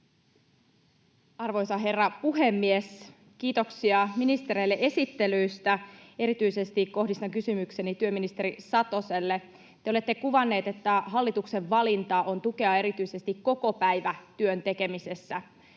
Arvoisa herra puhemies! Kiitoksia ministereille esittelyistä. Erityisesti kohdistan kysymykseni työministeri Satoselle. Te olette kuvannut, että hallituksen valinta on tukea erityisesti kokopäivätyön tekemisessä.